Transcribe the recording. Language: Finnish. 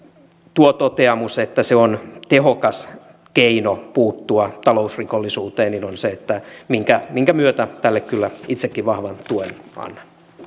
tuo toteamus että se on tehokas keino puuttua talousrikollisuuteen on se minkä minkä myötä tälle kyllä itsekin vahvan tuen annan